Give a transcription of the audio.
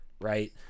right